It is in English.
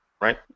right